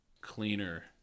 cleaner